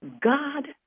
God